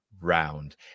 round